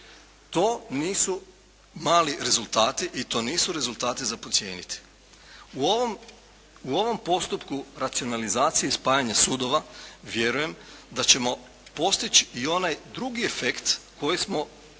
To nisu mali rezultati i to nisu rezultati za podcijeniti. U ovom postupku racionalizacije i spajanja sudova vjerujem da ćemo postići i onaj drugi efekt koji smo još